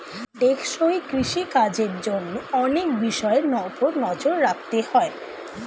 টেকসই কৃষি কাজের জন্য অনেক বিষয়ের উপর নজর রাখতে হয়